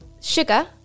sugar